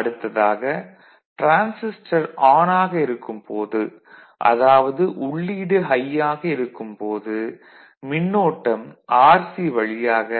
அடுத்ததாக transistor on ஆக இருக்கும் போது அதாவது உள்ளீடு ஹை யாக இருக்கும் போது மின்னோட்டம் RC வழியாக